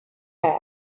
have